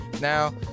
now